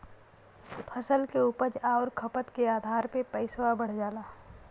फसल के उपज आउर खपत के आधार पे पइसवा बढ़ जाला